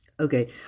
Okay